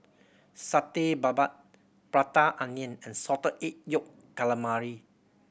Satay Babat Prata Onion and Salted Egg Yolk Calamari